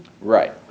Right